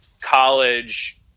college